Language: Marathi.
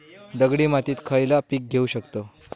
दगडी मातीत खयला पीक घेव शकताव?